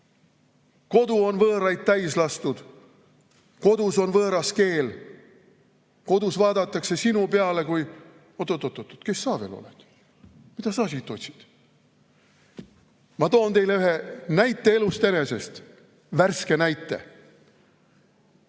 Kodu on võõraid täis lastud, kodus on võõras keel. Kodus vaadatakse sinu peale, et oot-oot-oot, kes sa veel oled ja mida sa siit otsid. Ma toon teile ühe näite elust enesest, värske näite.